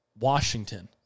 Washington